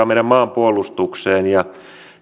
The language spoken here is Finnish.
meidän maanpuolustukseemme